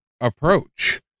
approach